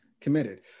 committed